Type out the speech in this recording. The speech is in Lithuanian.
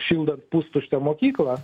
šildant pustuštę mokyklą